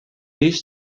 used